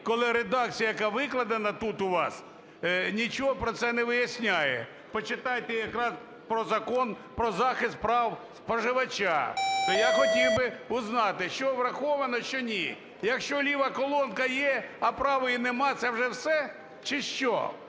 Коли редакція, яка викладена тут у вас, нічого про це не виясняє. Почитайте якраз про Закон "Про захист прав споживача". То я хотів би знати, що враховано, що ні? Якщо ліва колонка є, а правої – нема, це вже все чи що?